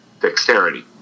dexterity